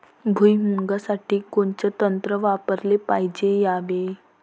भुइमुगा साठी कोनचं तंत्र वापराले पायजे यावे?